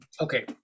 Okay